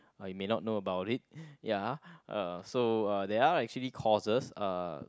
oh you may not know about it ya uh so uh there are actually courses uh